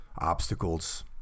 obstacles